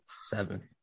Seven